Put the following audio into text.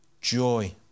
joy